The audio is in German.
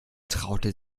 traute